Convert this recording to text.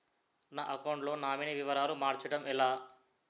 నా అకౌంట్ లో నామినీ వివరాలు మార్చటం ఎలా?